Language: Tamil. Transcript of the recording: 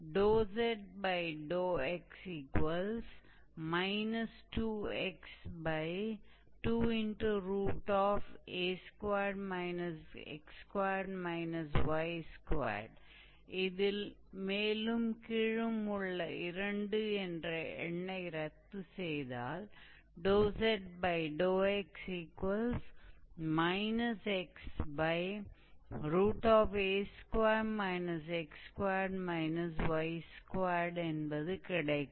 zx 2x2a2 x2 y2 இதில் மேலும் கீழும் உள்ள இரண்டு என்ற எண்ணை ரத்து செய்தால் zx xa2 x2 y2 என்பது கிடைக்கும்